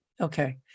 Okay